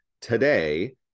Today